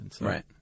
Right